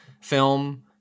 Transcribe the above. film